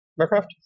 aircraft